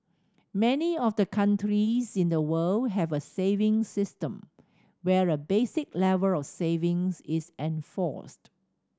many of the countries in the world have a saving system where a basic level of saving is enforced